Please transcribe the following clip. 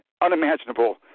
unimaginable